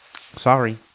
sorry